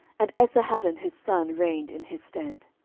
and esarhaddon his son reigned in his stead.